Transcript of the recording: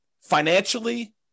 financially